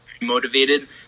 motivated